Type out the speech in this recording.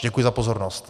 Děkuji za pozornost.